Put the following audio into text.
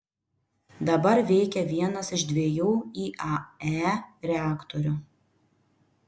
dabar veikia vienas iš dviejų iae reaktorių